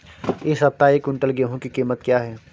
इस सप्ताह एक क्विंटल गेहूँ की कीमत क्या है?